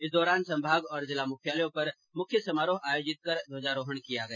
इस दौरान संभाग और जिला मुख्यालयों पर मुख्य समारोह आयोजित कर ध्वजारोहण किया गया